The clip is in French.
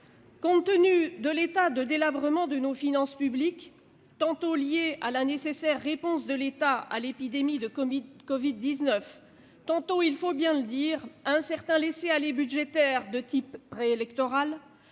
Compte tenu de l'état de délabrement de nos finances publiques, état lié tantôt à la nécessaire réponse de l'État à l'épidémie de covid-19, tantôt, il faut bien le dire, à un certain laisser-aller budgétaire de type préélectoral,